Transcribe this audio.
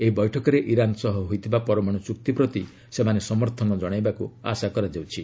ଏହି ବୈଠକରେ ଇରାନ୍ ସହ ହୋଇଥିବା ପରମାଣୁ ଚୁକ୍ତି ପ୍ରତି ସେମାନେ ସମର୍ଥନ ଜଣାଇବାକୁ ଆଶା କରାଯାଉଛି